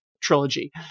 trilogy